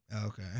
Okay